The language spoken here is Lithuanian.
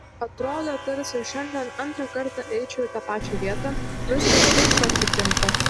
atrodo tarsi šiandien antrą kartą eičiau į tą pačią vietą viskas taip atitinka